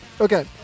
Okay